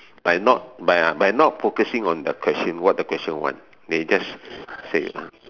by not by ah by not focusing on the question what the question want they just say